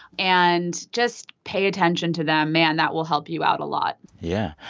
and just pay attention to them. man, that will help you out a lot yeah.